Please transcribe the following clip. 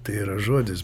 tai yra žodis